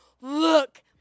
look